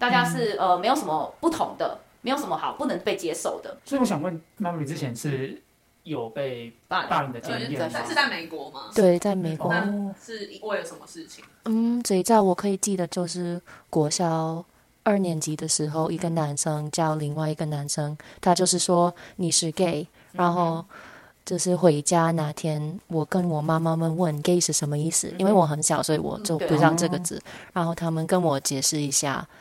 大家嗯。是，呃，没有什么不同的，没有什么好- 不能被接受的。所以我想问，Mallory之前是有被霸凌霸凌的的？经验呃，在-吗？是在美国吗？对，在美是国。吗？那哦。是因为有什么事情？嗯，最早我可以记得就是国小二年级的时候，一个嗯。男生叫另外一个男生，他就是说，“你是gay。”然嗯。后就是回家那天，我跟我妈妈们问，“gay是什么意思？”因为嗯哼。我很小，所以我就嗯，对。不知道这个哦。字。然后他们跟我解释一下